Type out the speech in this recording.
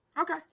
Okay